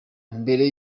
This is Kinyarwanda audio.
mbere